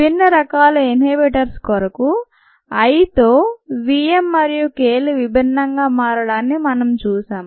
విభిన్న రకాల ఇన్హిబిటార్స్ కొరకు Iతో V m మరియు K లు విభిన్నంగా మారడాన్ని మనం చూశాం